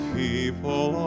people